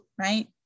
right